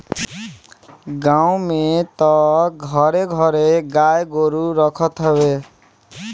गांव में तअ घरे घरे गाई गोरु रखत हवे